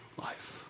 life